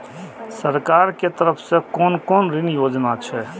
सरकार के तरफ से कोन कोन ऋण योजना छै?